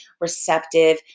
receptive